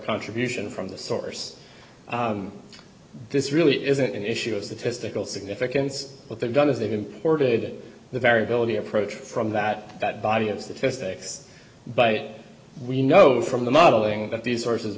contribution from the source this really isn't an issue of statistical significance what they've done is they've imported the variability approach from that that body of statistics but we know from the modeling that these sources